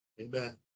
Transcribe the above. Amen